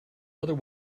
other